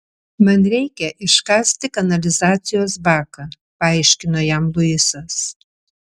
man reikia iškasti kanalizacijos baką paaiškino jam luisas